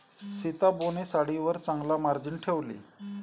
सीताबोने साडीवर चांगला मार्जिन ठेवले